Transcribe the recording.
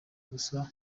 gusa